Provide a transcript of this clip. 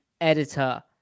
editor